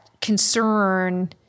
concern